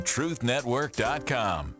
TruthNetwork.com